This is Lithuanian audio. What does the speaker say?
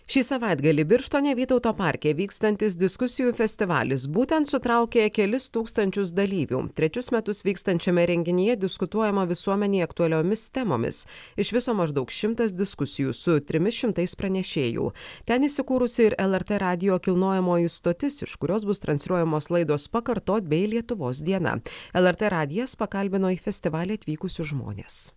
šį savaitgalį birštone vytauto parke vykstantis diskusijų festivalis būtent sutraukė kelis tūkstančius dalyvių trečius metus vykstančiame renginyje diskutuojama visuomenei aktualiomis temomis iš viso maždaug šimtas diskusijų su trimis šimtais pranešėjų ten įsikūrusi ir lrt radijo kilnojamoji stotis iš kurios bus transliuojamos laidos pakartot bei lietuvos diena lrt radijas pakalbino į festivalį atvykusius žmones